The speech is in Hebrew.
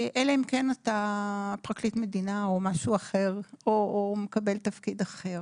אלא אם כן אתה פרקליט מדינה או מקבל תפקיד אחר.